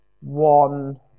one